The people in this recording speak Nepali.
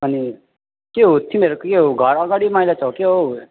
अनि के हो तिमीहरूको यो घरअगाडि मैला त क्या हो